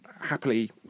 happily